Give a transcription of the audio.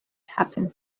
happened